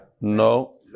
No